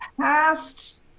past